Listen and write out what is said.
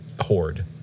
hoard